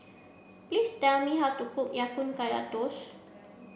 please tell me how to cook Ya Kun Kaya toast